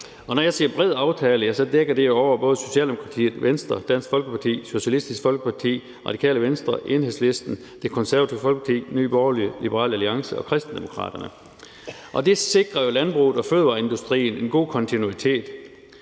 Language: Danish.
og når jeg siger »bred aftale«, dækker det jo over både Socialdemokratiet, Venstre, Dansk Folkeparti, Socialistisk Folkeparti, Radikale Venstre, Enhedslisten, Det Konservative Folkeparti, Nye Borgerlige, Liberal Alliance og Kristendemokraterne, og det sikrer jo landbruget og fødevareindustrien en god kontinuitet,